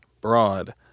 broad